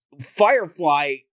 Firefly